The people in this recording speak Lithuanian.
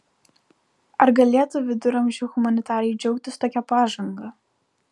ar galėtų viduramžių humanitarai džiaugtis tokia pažanga